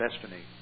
destiny